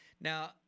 Now